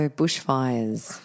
bushfires